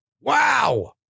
Wow